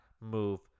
move